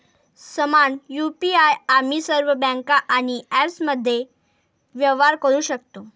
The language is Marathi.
समान यु.पी.आई आम्ही सर्व बँका आणि ॲप्समध्ये व्यवहार करू शकतो